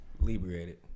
liberated